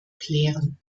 klären